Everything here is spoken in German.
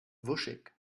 wuschig